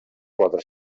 quatre